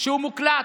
שהוא מוקלט.